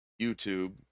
YouTube